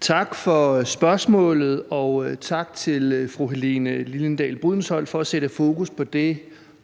Tak for spørgsmålet, og tak til fru Helene Liliendahl Brydensholt for at sætte fokus på det